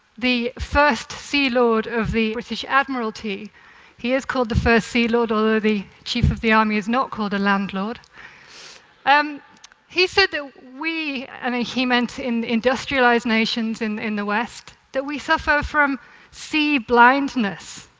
the first sea lord of the british admiralty he is called the first sea lord, although the chief of the army is not called a land lord um he said that we, and ah he meant in the industrialized nations in in the west, that we suffer from sea blindness.